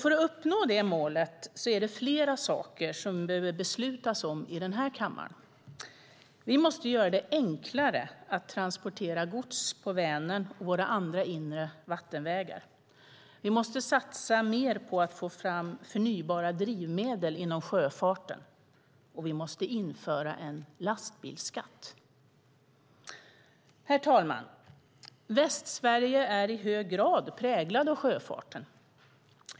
För att uppnå det målet behöver fler frågor beslutas i kammaren. Vi måste göra det enklare att transportera gods på Vänern och våra andra inre vattenvägar. Vi måste satsa mer på att få fram förnybara drivmedel inom sjöfarten, och vi måste införa en lastbilsskatt. Herr talman! Västsverige är i hög grad präglat av sjöfarten.